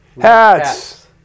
Hats